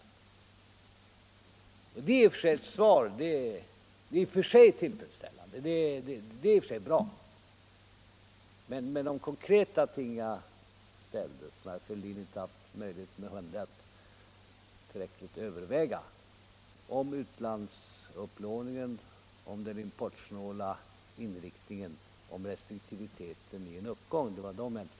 Det är i och för sig ett svar, det är i och för sig tillfredsställande, det är i och för sig bra —- men de konkreta frågor jag ställde om utlandsupplåningen, om den importsnåla inriktningen, om restriktiviteten i en uppgång fick jag inte något svar på.